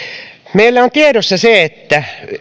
meillä on tiedossa se että